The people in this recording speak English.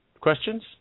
questions